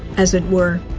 as it were,